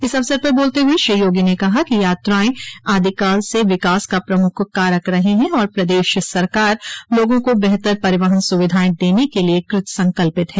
इस अवसर पर बोलते हुए श्री योगी ने कहा कि यात्राएं आदिकाल से विकास का प्रमुख कारक रही है और प्रदेश सरकार लोगों को बेहतर परिवहन सुविधाएं देने के लिए कृतसंकल्पित है